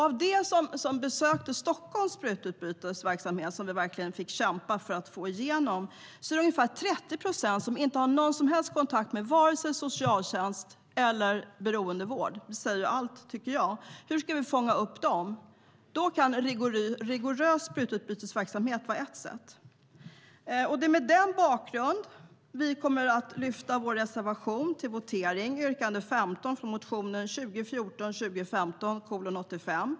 Av dem som besökte Stockholms sprututbytesverksamhet, som vi verkligen fick kämpa för att få igenom, har ungefär 30 procent inte någon som helst kontakt med vare sig socialtjänst eller beroendevård. Det säger allt. Hur ska vi fånga upp dem? Då kan rigoröst sprututbytesverksamhet vara ett sätt. Det är mot den bakgrunden som vi kommer att begära votering på vår reservation, yrkande 15 i motionen 2014/15:85.